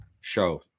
show